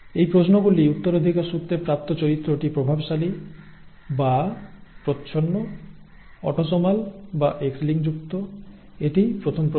এই প্রশ্নগুলি উত্তরাধিকারসূত্রে প্রাপ্ত চরিত্রটি প্রভাবশালী বা প্রচ্ছন্ন অটোসোমাল বা X লিঙ্কযুক্ত এটিই প্রথম প্রশ্ন